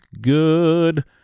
good